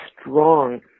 strong